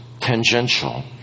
tangential